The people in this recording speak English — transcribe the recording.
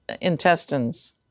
intestines